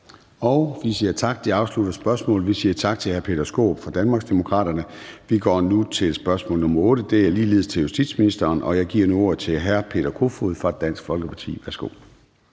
(Søren Gade): Tak. Det afsluttede spørgsmålet, så vi siger tak til hr. Peter Skaarup fra Danmarksdemokraterne. Vi går nu til spørgsmål nr. 8, og det er ligeledes til justitsministeren. Og jeg giver nu ordet til hr. Peter Kofod fra Dansk Folkeparti. Kl.